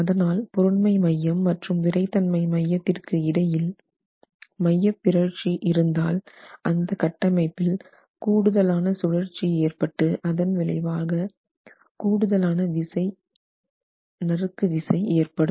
அதனால் பொருண்மை மையம் மற்றும் விறைத்தன்மை மையத்திற்கு இடையில் மையப்பிறழ்ச்சி இருந்தால் அந்த கட்டமைப்பில் கூடுதலான சுழற்சி ஏற்பட்டு அதன் விளைவாக கூடுதலான விசை நறுக்கு விசை ஏற்படும்